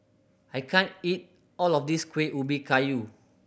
I can't eat all of this Kuih Ubi Kayu